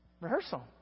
rehearsal